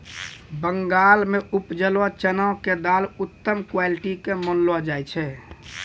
बंगाल मॅ उपजलो चना के दाल उत्तम क्वालिटी के मानलो जाय छै